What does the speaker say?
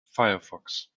firefox